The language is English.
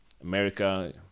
America